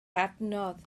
adnodd